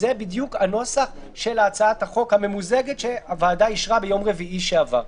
זה בדיוק הנוסח של הצעת החוק הממוזגת שהוועדה אישרה ביום רביעי שעבר.